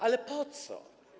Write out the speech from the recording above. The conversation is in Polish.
Ale po co?